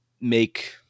make